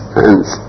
hands